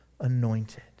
anointed